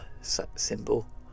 symbol